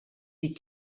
die